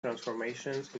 transformations